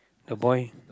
the boy